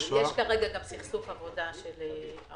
כרגע יש גם סכסוך עבודה של העובדים.